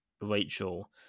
Rachel